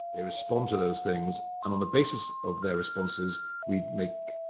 they respond to those things and on the basis of their responses we make.